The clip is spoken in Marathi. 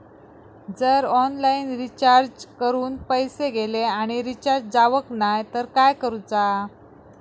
जर ऑनलाइन रिचार्ज करून पैसे गेले आणि रिचार्ज जावक नाय तर काय करूचा?